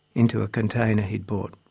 into a container he'd brought.